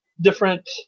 different